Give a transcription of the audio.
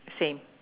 same